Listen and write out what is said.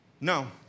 no